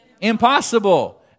impossible